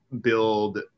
build